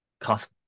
cost